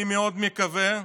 אני מאוד מקווה,